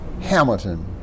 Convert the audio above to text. Hamilton